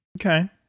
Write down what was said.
okay